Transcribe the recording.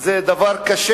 זה דבר קשה.